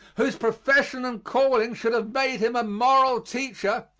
whose profession and calling should have made him a moral teacher,